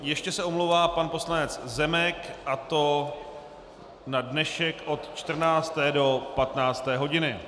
Ještě se omlouvá pan poslanec Zemek, a to na dnešek od 14. do 15. hodiny.